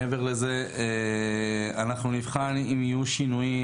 מעבר לזה אנחנו נבחן אם יהיו שינויים